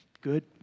Good